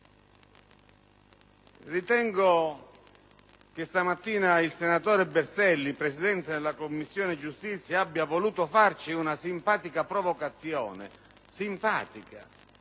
Ritengo che questa mattina il senatore Berselli, presidente della Commissione giustizia, abbia voluto farci una simpatica provocazione: per